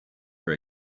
for